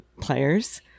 players